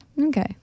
Okay